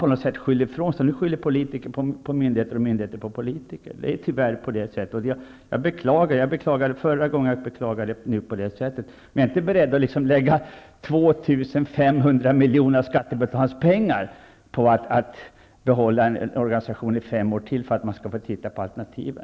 På något sätt skyller man ifrån sig. Nu skyller politiker på myndigheter, och myndigheter skyller på politiker. Det är tyvärr på det sättet. Jag beklagade detta förra gången, och jag beklagar det nu. Men jag är inte beredd att lägga 2 500 milj.kr. av skattebetalarnas pengar på att behålla en organisation i ytterligare fem år för att man skall få titta på alternativen.